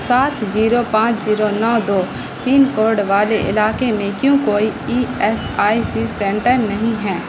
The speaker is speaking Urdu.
سات جیرو پانچ جیرو نو دو پن کوڈ والے علاقے میں کیوں کوئی E S I C centre نہیں ہے